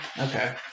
Okay